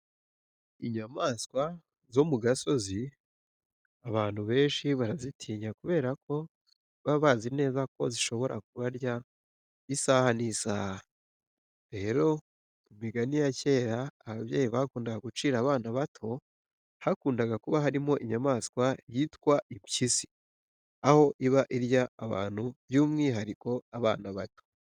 Inyamaswa zo mu gasozi abantu benshi barazitinya kubera ko baba bazi neza ko zishobora kubarya isaha n'isaha. Rero mu migani ya kera ababyeyi bakundaga gucira abana bato hakundaga kuba harimo inyamaswa yitwa impyisi, aho iba irya abantu by'umwihariko abana bato.